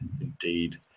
Indeed